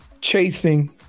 chasing